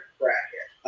bracket